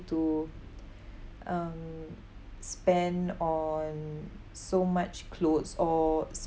to um spend on so much clothes or